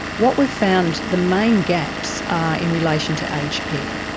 what we found, the main gaps are in relation to aged care.